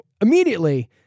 immediately